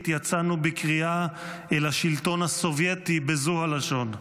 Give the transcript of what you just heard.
יצאנו בקריאה אל השלטון הסובייטי בזו הלשון: